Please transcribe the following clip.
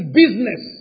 business